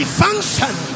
function